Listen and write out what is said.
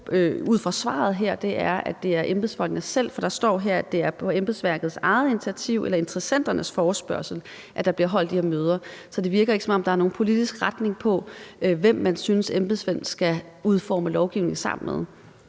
der står her, at det er på embedsværkets eget initiativ eller interessenternes forespørgsel, at der bliver holdt de her møder. Så det virker ikke, som om der er nogen politisk retning, i forhold til hvem man synes embedsmændene skal udforme lovgivningen sammen med.